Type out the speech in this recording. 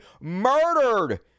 murdered